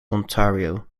ontario